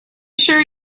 sure